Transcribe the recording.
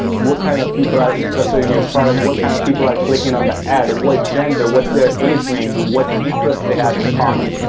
what kind of people are interested in your product? what kind of people are clicking on the ads? what gender? what's their age range? what interests they have in common?